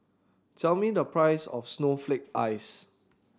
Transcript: tell me the price of snowflake ice